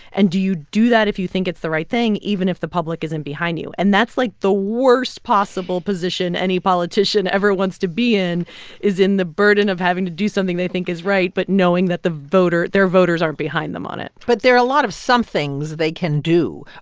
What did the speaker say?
and do you do that if you think it's the right thing, even if the public isn't behind you? and that's, like, the worst possible position any politician ever wants to be in is in the burden of having to do something they think is right but knowing that the voter their voters aren't behind them on it but there are a lot of somethings they can do.